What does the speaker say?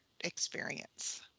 experience